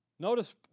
Notice